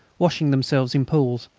washing themselves in pools,